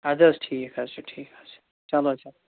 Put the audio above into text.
ادٕ حظ ٹھیٖک حظ چھُ ٹھیٖک حظ چھُ چلو چلو